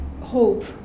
hope